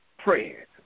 Prayers